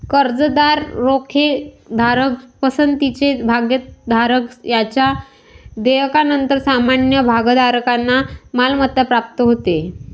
कर्जदार, रोखेधारक, पसंतीचे भागधारक यांच्या देयकानंतर सामान्य भागधारकांना मालमत्ता प्राप्त होते